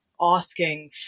asking